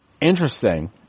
Interesting